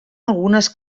algunes